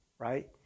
right